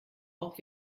auch